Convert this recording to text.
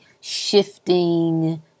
shifting